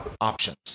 options